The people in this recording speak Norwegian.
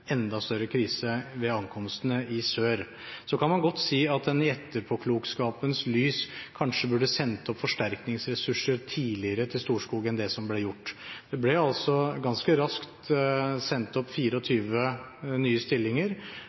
enda større krise ved ankomstene i sør. Så kan man godt si i etterpåklokskapens lys at man kanskje burde sendt opp forsterkningsressurser til Storskog tidligere enn det som ble gjort. Det ble altså ganske raskt sendt opp 24 nye stillinger.